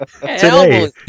Today